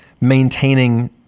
maintaining